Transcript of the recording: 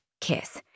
kiss